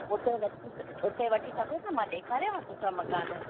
उते वठी उते वठी सघो था मां ॾेखारियांव सुठा मकान